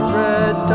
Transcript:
red